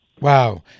Wow